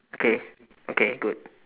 okay okay good